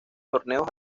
torneos